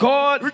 God